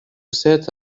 cet